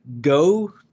go